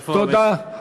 תודה.